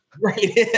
Right